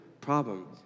problem